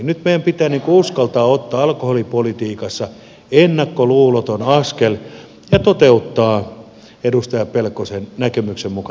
nyt meidän pitää uskaltaa ottaa alkoholipolitiikassa ennakkoluuloton askel ja toteuttaa edustaja pelkosen näkemyksen mukainen lakialoite